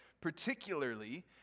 particularly